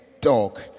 dog